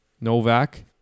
Novak